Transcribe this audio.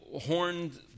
horned